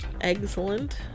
Excellent